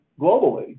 Globally